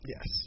Yes